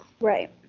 right